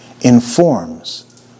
informs